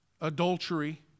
adultery